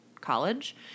college